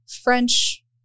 French